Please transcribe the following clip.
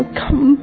come